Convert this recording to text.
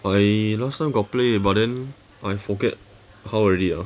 I last time got play but then I forget how already ah